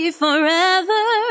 forever